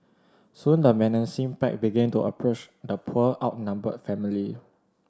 soon the menacing pack began to approach the poor outnumbered family